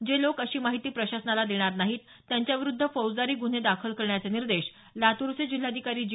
जे लोक अशी माहिती प्रशासनाला देणार नाहीत त्यांच्याविरूद्ध फौजदारी गुन्हे दाखल करण्याचे निर्देश लातूरचे जिल्हाधिकारी जी